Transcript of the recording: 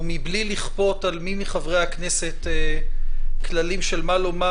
ומבלי לכפות על מי מחברי הכנסת כללים של מה לומר,